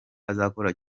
azakora